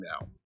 now